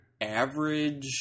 average